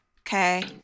Okay